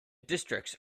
districts